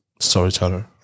Storyteller